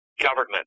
government